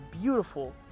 beautiful